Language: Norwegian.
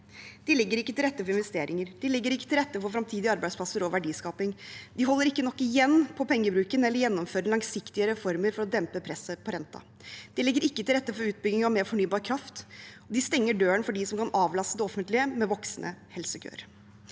De legger ikke til rette for fremtidige arbeidsplasser og verdiskaping. De holder ikke nok igjen på pengebruken og gjennomfører heller ikke langsiktige reformer for å dempe presset på renten. De legger ikke til rette for utbygging av mer fornybar kraft. De stenger døren for dem som kan avlaste det offentlige ved voksende helsekøer.